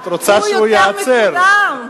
הוא יותר מכולם.